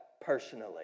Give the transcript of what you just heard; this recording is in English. personally